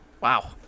wow